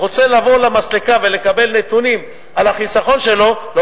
רוצה לבוא למסלקה ולקבל נתונים על החיסכון שלו,